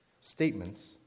statements